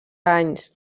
anys